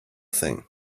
thing